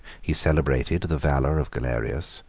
he celebrated the valor of galerius,